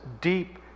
deep